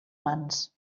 mans